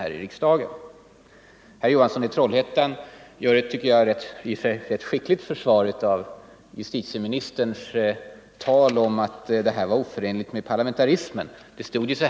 Herr Johansson i Trollhättan gör ett i och för sig skickligt försvar av justitieministerns tal om att obligatorisk remiss till lagrådet var oförenlig med parlamentarismen.